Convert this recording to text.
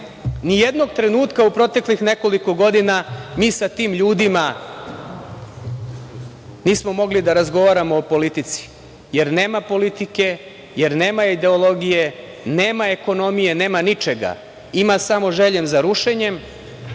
Ni jednog trenutka u proteklih nekoliko godina mi sa tim ljudima nismo mogli da razgovaramo o politici, jer nema politike, jer nema ideologije, nema ekonomije, nema ničega. Ima samo želje za rušenjem,